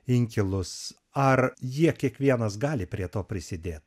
inkilus ar jie kiekvienas gali prie to prisidėt